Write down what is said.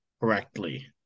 correctly